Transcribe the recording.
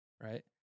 right